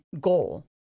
goal